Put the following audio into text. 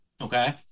Okay